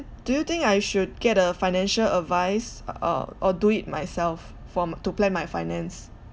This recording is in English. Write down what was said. do you think I should get a financial advice or or do it myself from to plan my finance